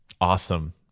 Awesome